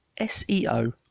SEO